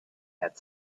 had